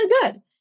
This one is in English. good